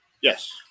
Yes